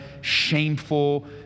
shameful